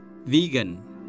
vegan